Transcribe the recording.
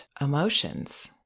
emotions